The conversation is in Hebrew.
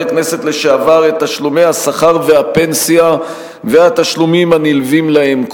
כנסת לשעבר את תשלומי השכר והפנסיה והתשלומים הנלווים להם,